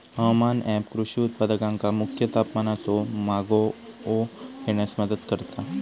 हवामान ऍप कृषी उत्पादकांका मुख्य तापमानाचो मागोवो घेण्यास मदत करता